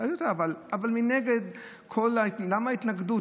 שאלתי אותה: מנגד, למה ההתנגדות?